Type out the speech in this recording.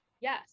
Yes